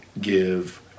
give